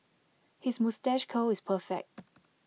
his moustache curl is perfect